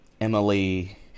Emily